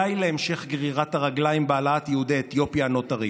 די להמשך גרירת הרגליים בהעלאת יהודי אתיופיה הנותרים.